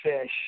Fish